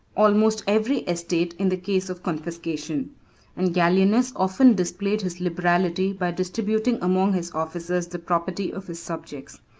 almost every estate in the case of confiscation and gallienus often displayed his liberality by distributing among his officers the property of his subjects.